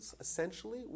essentially